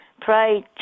Pride